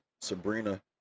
Sabrina